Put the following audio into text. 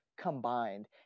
combined